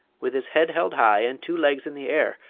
with his head held high and two legs in the air,